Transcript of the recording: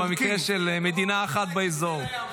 זה במקרה של מדינה אחת באזור.